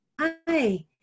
Hi